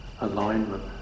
alignment